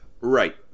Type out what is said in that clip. Right